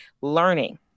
learning